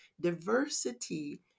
diversity